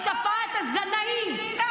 בתופעת הזנאים.